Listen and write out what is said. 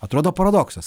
atrodo paradoksas